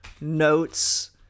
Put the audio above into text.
notes